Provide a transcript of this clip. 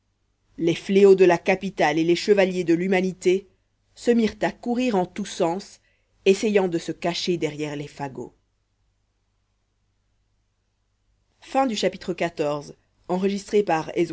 les fléaux de la capitale et les chevaliers de l'humanité se mirent à courir en tous sens essayant de se cacher derrière les fagots